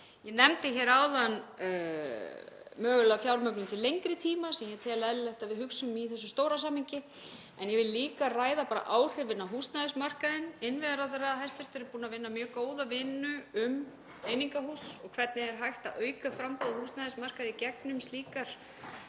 Ég nefndi áðan mögulega fjármögnun til lengri tíma sem ég tel eðlilegt að við hugsum í þessu stóra samhengi, en ég vil líka ræða bara áhrifin á húsnæðismarkaðinn. Hæstv. innviðaráðherra er búinn að vinna mjög góða vinnu um einingahús og hvernig er hægt að auka framboð á húsnæðismarkaði í gegnum slíkar